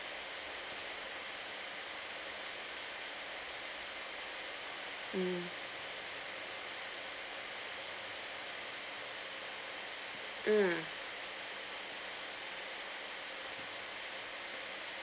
mm mm